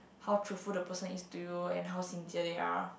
how truthful the person is to you and how sincere they are